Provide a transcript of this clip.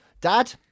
Dad